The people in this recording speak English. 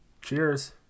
Cheers